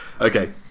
Okay